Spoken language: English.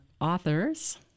authors